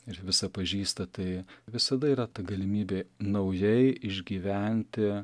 ir visa pažįsta tai visada yra ta galimybė naujai išgyventi